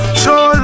show